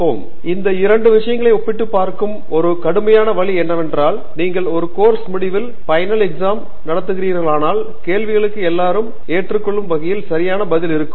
பேராசிரியர் ஆண்ட்ரூ தங்கராஜ் எனவே இந்த இரண்டு விஷயங்களை ஒப்பிட்டுப் பார்க்கும் ஒரு கடுமையான வழி என்னவென்றால் நீங்கள் ஒரு கோர்ஸ் முடிவில் பைனல் எக்ஸாம் நடத்துகிறீர்களானால் கேள்விகளுக்கு எல்லோரும் ஏற்றுக்கொள்ளும் வகையான சரியான பதில் இருக்கும்